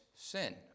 Sin